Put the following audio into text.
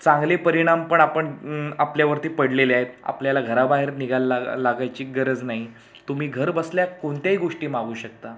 चांगले परिणाम पण आपण आपल्यावरती पडलेले आहेत आपल्याला घराबाहेर निघायला लाग लागायची गरज नाही तुम्ही घर बसल्या कोणत्याही गोष्टी मागू शकता